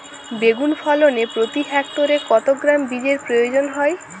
বেগুন ফলনে প্রতি হেক্টরে কত গ্রাম বীজের প্রয়োজন হয়?